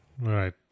Right